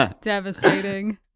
Devastating